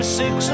six